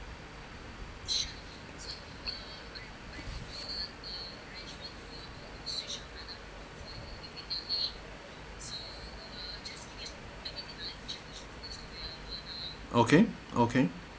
okay okay